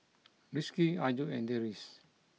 Rizqi Ayu and Deris